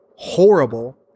Horrible